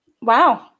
Wow